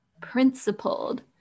Principled